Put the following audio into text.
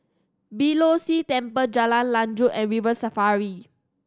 Beeh Low See Temple Jalan Lanjut and River Safari